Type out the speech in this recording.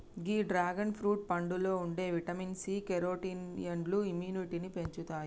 గీ dragon fruit పండులో ఉండే vitamin C, కెరోటినాయిడ్లు ఇమ్యునిటీని పెంచుతాయి